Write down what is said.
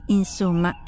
insomma